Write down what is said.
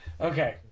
Okay